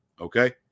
Okay